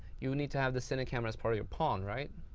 you need to have the cine camera as part of your pawn. right?